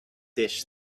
dish